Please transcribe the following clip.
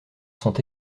sont